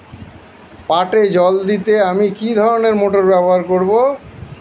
পাটে জল দিতে আমি কি ধরনের মোটর ব্যবহার করব?